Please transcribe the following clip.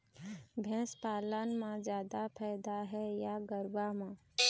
भैंस पालन म जादा फायदा हे या गरवा म?